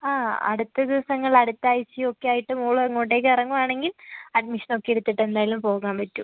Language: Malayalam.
അ അടുത്ത ദിവസങ്ങള് അടുത്ത ആഴ്ച്ചയൊക്കെ ആയിട്ട് മോള് ഇങ്ങോട്ടേക്ക് ഇറങ്ങുവാണെങ്കിൽ അഡ്മിഷൻ ഒക്കെ എടുത്തിട്ട് എന്തായാലും പോകാൻ പറ്റും